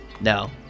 No